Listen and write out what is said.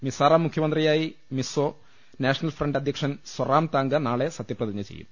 മിസോറാം മുഖ്യമന്ത്രിയായി Mizo National Front അധ്യക്ഷൻ Zoramthanga നാളെ സത്യപ്രതിജ്ഞ ചെയ്യും